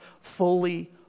fully